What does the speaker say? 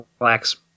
relax